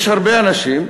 יש הרבה אנשים,